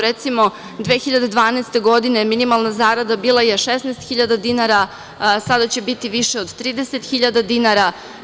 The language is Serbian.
Recimo, 2012. godine minimalna zarada je bila 16.000 dinara, a sada će biti viša od 30.000 dinara.